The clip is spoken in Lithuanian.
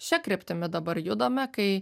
šia kryptimi dabar judame kai